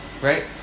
Right